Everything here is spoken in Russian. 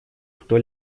кто